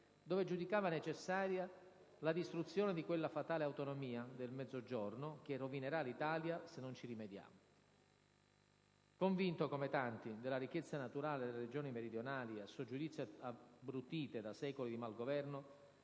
dove giudicava necessaria «la distruzione di quella fatale autonomia» del Mezzogiorno «che rovinerà l'Italia se non ci rimediamo». Convinto, come tanti, della ricchezza naturale delle regioni meridionali, a suo giudizio abbrutite da secoli di malgoverno,